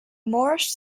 moorish